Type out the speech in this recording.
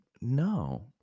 No